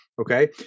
okay